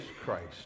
christ